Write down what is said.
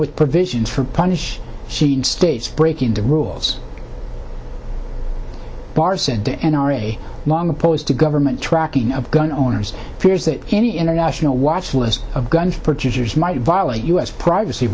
with provisions for punish cian states breaking the rules bars said the n r a long opposed to government tracking of gun owners fears that any international watch list of gun purchasers might violate u s privacy